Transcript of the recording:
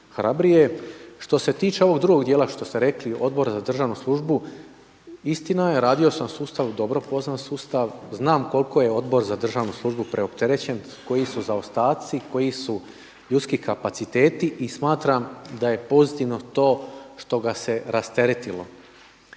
hrabrije. Što se tiče ovog drugog dijela što ste rekli Odbora za državnu službu, istina je, radio sam u sustavu, dobro poznajem sustav, znam koliko je Odbor za državnu službu preopterećen, koji su zaostaci, koji su ljudski kapaciteti. I smatram da je pozitivno to što ga se rasteretilo.